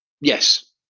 Yes